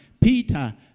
Peter